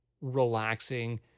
relaxing